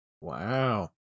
Wow